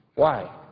why?